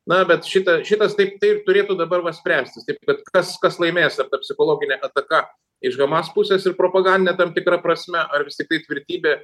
na bet šita šitas taip taip turėtų dabar va spręstis taip kad kas kas laimės ir ta psichologinė ataka iš hamas pusės ir propagandinė tam tikra prasme ar vis tiktai tvirtybė